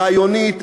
רעיונית,